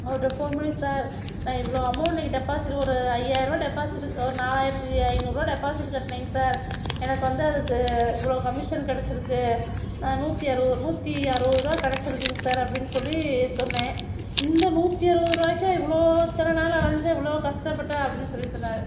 அவருட்ட phone பண்ணி sir நான் இவ்வளோ அமௌண்ட் டெபாசிட் ஒரு ஐயாயிரூவா டெபாசிட் ஒரு நாலாயிரத்து ஐநூறுவா டெபாசிட் கட்னைங்க சார் எனக்கு வந்து அதுக்கு இவ்வளோ கமிஷன் கிடச்சிருக்கு நூற்றி அறுவ நூற்றி அறுபதுரூவா கிடச்சிருக்குங்க சார் அப்டின்னு சொல்லி சொன்ன இந்த நூற்றி அறுபதுரூவாய்க்கா இவ்வளோ இத்தனை நாள் அலைஞ்ச இவ்வளோ கஷ்டப்பட்ட அப்படின்னு சொல்லி சொன்னார்